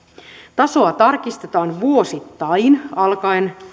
tasoa tarkistetaan vuosittain alkaen